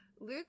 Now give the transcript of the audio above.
Luke